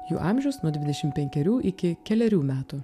jų amžius nuo dvidešim penkerių iki kelerių metų